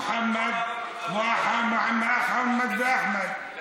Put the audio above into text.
מוחמד ואחמד,